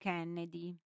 Kennedy